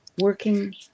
working